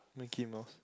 Mickey-Mouse